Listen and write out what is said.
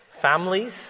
families